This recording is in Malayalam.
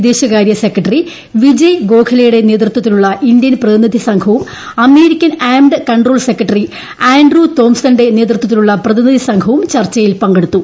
വിദേശകാര്യ സെക്രട്ടറി വിജയ് ഗോഖലയുടെ നേതൃത്വത്തിലുള്ള ഇന്ത്യൻ പ്രതിനിധി സംഘവും American armed control secretary Andrew Thompson ന്റെ നേതൃത്വത്തിലുള്ള പ്രതിനിധി സംഘവും ചർച്ചയിൽ പങ്കെടുത്തു